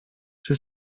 czy